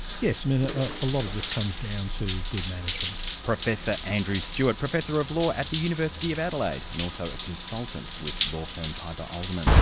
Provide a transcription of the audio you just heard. yes, and ah ah a lot of this comes down to good management. professor andrew stewart, professor of law at the university of adelaide and also a consultant with law firm piper alderman